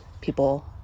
people